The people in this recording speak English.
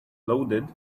loaded